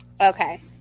Okay